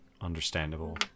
understandable